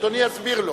אדוני יסביר לו.